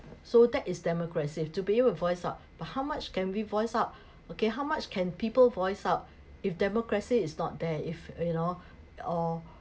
so that is democracy to be able to voice out but how much can we voice out okay how much can people voice out if democracy is not there if you know or